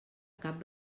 cap